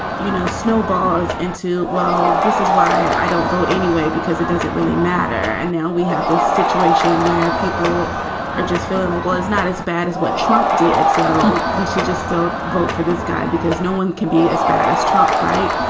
you know, snowballs into, well, this is why i don't vote any way, because it doesn't really matter. and now we have this situation where people are just feeling like, well, it's not as bad as what trump did. so we should just don't vote for this guy because no one can be as bad as trump. right?